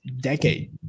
decade